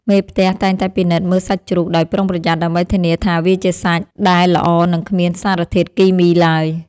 មេផ្ទះតែងតែពិនិត្យមើលសាច់ជ្រូកដោយប្រុងប្រយ័ត្នដើម្បីធានាថាវាជាសាច់ដែលល្អនិងគ្មានសារធាតុគីមីឡើយ។